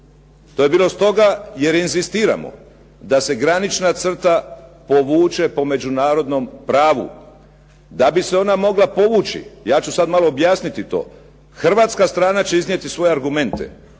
to je bilo stoga jer inzistiramo da se granična crta povuče po međunarodnom pravu. Da bi se ona mogla povući, ja ću sad malo objasniti to, hrvatska strana će iznijeti svoje argumente,